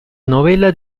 novela